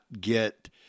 get